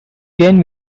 jane